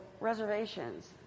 reservations